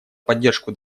поддержку